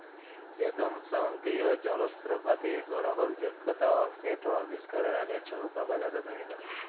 বেদম স্বয়ংকিরিয় জলত্রপাতির গরহলযগ্যতা অ সেট আবিষ্কারের আগে, ছব কাগজ হাতে তৈরি ক্যরা হ্যত